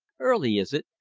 early is it!